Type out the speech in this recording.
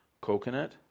Coconut